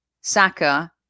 Saka